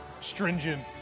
stringent